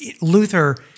Luther